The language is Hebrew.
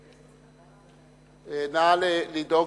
לא,